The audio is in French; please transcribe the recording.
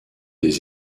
des